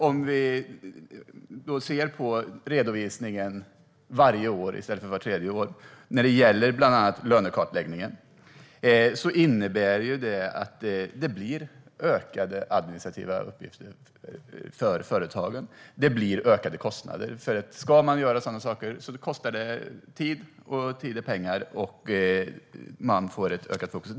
En redovisning av lönekartläggningen varje år i stället för vart tredje år innebär ökade administrativa arbetsuppgifter och därmed ökade kostnader för företagen. Att göra sådana saker tar tid, och tid är pengar.